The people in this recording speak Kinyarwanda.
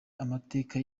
amateka